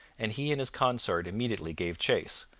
and he and his consort immediately gave chase,